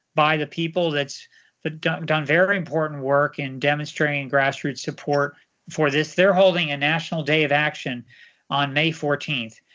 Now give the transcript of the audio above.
by the people, that's done done very important work in demonstrating grassroots support for this. they're holding a national day of action on may fourteenth.